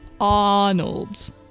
Arnold